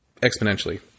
exponentially